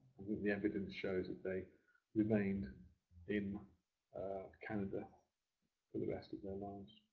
the evidence shows that they remained in canada for the rest of their lives.